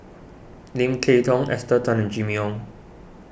Lim Kay Tong Esther Tan and Jimmy Ong